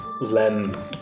lem